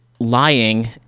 lying